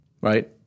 right